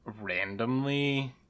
randomly